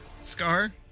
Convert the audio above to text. Scar